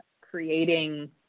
creating